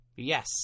Yes